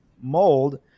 mold